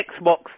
Xbox